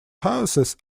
houses